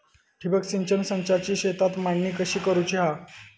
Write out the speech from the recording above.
ठिबक सिंचन संचाची शेतात मांडणी कशी करुची हा?